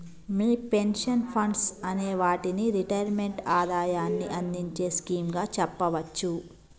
మీ pension funds అనే వాటిని retirement ఆదాయాన్ని అందించే స్కీమ్ గా చెప్పవచ్చు